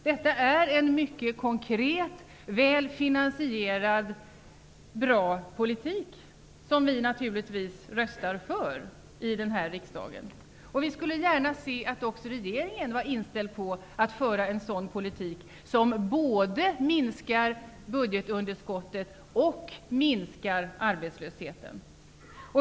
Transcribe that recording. Detta är en mycket konkret, väl finansierad och bra politik, som vi naturligtvis röstar för i den här riksdagen. Vi skulle gärna se att också regeringen var inställd på att föra en sådan politik, som minskar både budgetunderskottet och arbetslösheten.